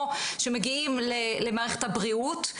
או שמגיעים למערכת הבריאות.